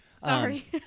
Sorry